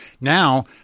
now